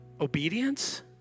Obedience